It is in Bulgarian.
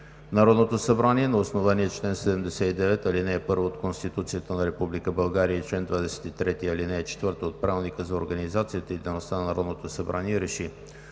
Народното събрание на основание чл. 79, ал. 1 от Конституцията на Република България и чл. 23, ал. 4 от Правилника за организацията и дейността на Народното събрание